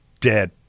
dead